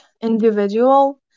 individual